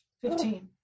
Fifteen